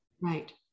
Right